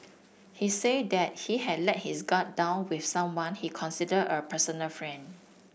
he said that he had let his guard down with someone he considered a personal friend